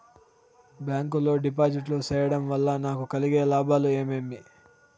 Bank లో డిపాజిట్లు సేయడం వల్ల నాకు కలిగే లాభాలు ఏమేమి?